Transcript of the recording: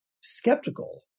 skeptical